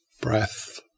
breath